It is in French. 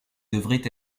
devrait